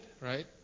right